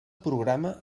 programa